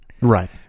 right